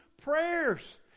Prayers